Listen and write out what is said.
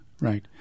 right